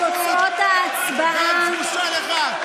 חבר'ה, בושה לליכוד.